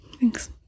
thanks